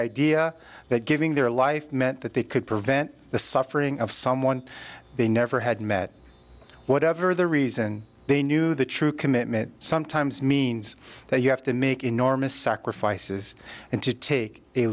idea that giving their life meant that they could prevent the suffering of someone they never had met whatever the reason they knew the true commitment sometimes means that you have to make enormous sacrifices and to take a